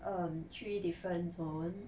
um three different zone